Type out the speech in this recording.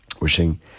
wishing